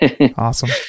Awesome